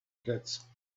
pits